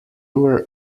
were